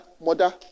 mother